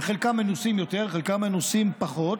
חלקם מנוסים יותר, חלקם מנוסים פחות,